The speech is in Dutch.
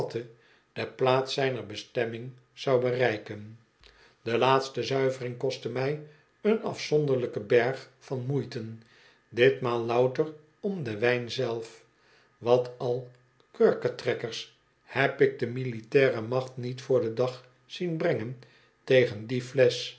de plaats zijner bestemming zou bereiken de laatste zuivering kostte mij een afzonderlijken berg van moeiten ditmaal louter om den wl jn zelf wat al kurketrekkers heb ik de militaire macht niet voor den dag zien brengen tegen die flesch